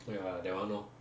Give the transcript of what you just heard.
oh ya that [one] lor